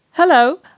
Hello